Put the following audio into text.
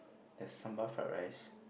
there's sambal fried rice